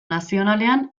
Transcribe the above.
nazionalean